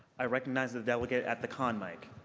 i recognize the delegate at the con mic.